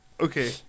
okay